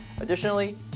Additionally